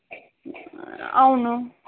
అవును